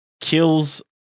kills